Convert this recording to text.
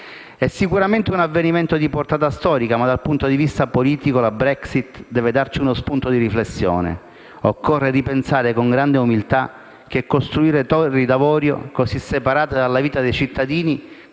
È sicuramente un avvenimento di portata storica, ma, dal punto di vista politico, la Brexit deve darci uno spunto di riflessione. Occorre ripensare, con grande umiltà, che costruendo torri d'avorio, così separate dalla vita dei cittadini,